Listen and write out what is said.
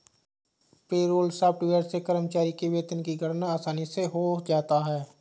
payroll software से कर्मचारी के वेतन की गणना आसानी से हो जाता है